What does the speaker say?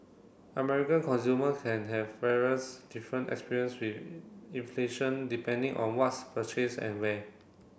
American consumer can have various different experience with inflation depending on what's purchased and where